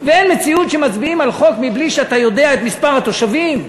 ואין מציאות שמצביעים על חוק בלי שאתה יודע את מספר התושבים,